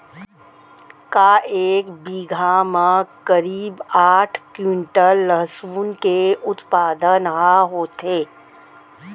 का एक बीघा म करीब आठ क्विंटल लहसुन के उत्पादन ह होथे?